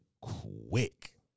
quick